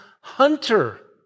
hunter